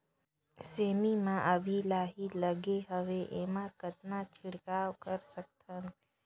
सेमी म अभी लाही लगे हवे एमा कतना छिड़काव कर सकथन?